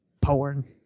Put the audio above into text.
Porn